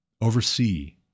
oversee